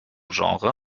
genre